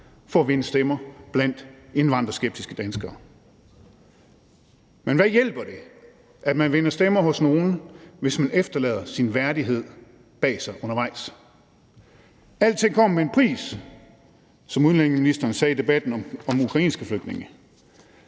for at vinde stemmer blandt indvandrerskeptiske danskere. Men hvad hjælper det, at man vinder stemmer hos nogle, hvis man efterlader sin værdighed bag sig undervejs? Alting kommer med en pris, som udlændingeministeren sagde i debatten om ukrainske flygtninge.